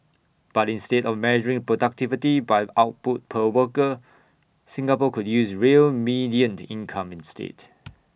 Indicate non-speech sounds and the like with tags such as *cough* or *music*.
but instead of measuring productivity by output per worker Singapore could use real median *noise* income instead